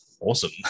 awesome